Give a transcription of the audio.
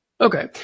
Okay